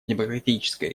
демократической